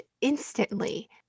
instantly